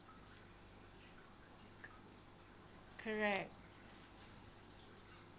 correct